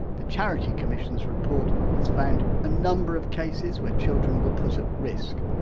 the charity commissions report has found a number of cases where children were put at risk,